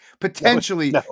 Potentially